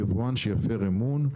יבואן שיפר אמון,